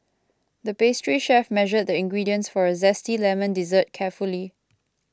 the pastry chef measured the ingredients for a Zesty Lemon Dessert carefully